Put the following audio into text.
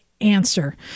answer